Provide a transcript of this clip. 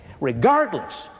regardless